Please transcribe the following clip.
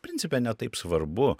principe ne taip svarbu